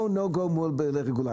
Go/No-go לרגולציה.